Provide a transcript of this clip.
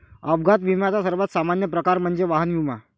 अपघात विम्याचा सर्वात सामान्य प्रकार म्हणजे वाहन विमा